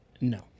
no